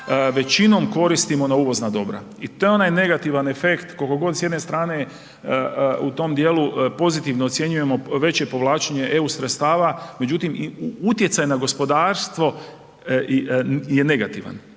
većinom koristimo na uvozna dobra. I to je onaj negativan efekt koliko god s jedne strane u tom dijelu pozitivno ocjenjujemo veće povlačenje EU sredstava, međutim utjecaj na gospodarstvo je negativan